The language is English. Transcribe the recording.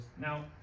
Now